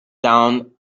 down